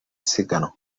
siganwa